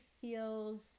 feels